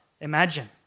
imagine